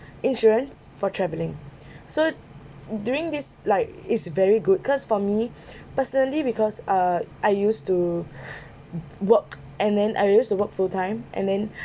insurance for travelling so during this like is very good because for me personally because uh I used to work and then I used to work full time and then